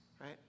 right